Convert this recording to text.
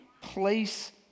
place